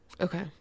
okay